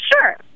Sure